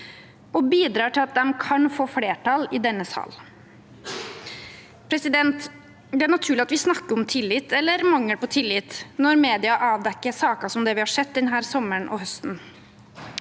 og bidrar til at de kan få flertall i denne sal. Det er naturlig at vi snakker om tillit, eller mangel på tillit, når media avdekker saker som dem vi har sett denne sommeren og høsten.